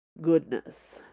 Goodness